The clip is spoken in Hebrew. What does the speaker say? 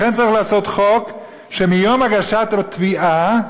לכן, צריך לעשות חוק שביום הגשת התביעה,